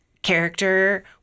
Character